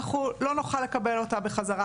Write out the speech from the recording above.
אנחנו לא נוכל לקבל אותה בחזרה.